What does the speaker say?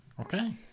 Okay